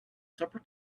supper